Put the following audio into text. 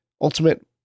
Ultimate